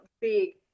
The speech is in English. big